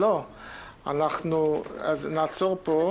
אנחנו נעצור פה.